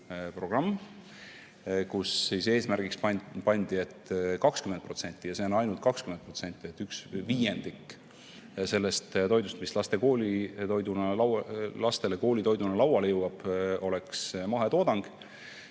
kus eesmärgiks pandi, et 20% – ainult 20%, üks viiendik – sellest toidust, mis laste koolitoidulauale jõuab, oleks mahetoodang,